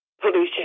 Pollution